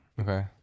Okay